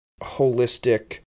holistic